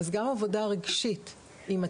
אז גם עבודה רגשית עם עצמם,